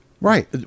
right